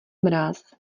mráz